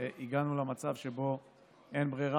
הגענו למצב שבו אין ברירה,